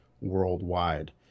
worldwide